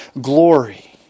glory